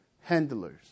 handlers